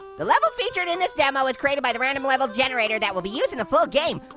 the level featured in this demo was created by the random level generator that will be used in the full game.